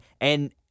and-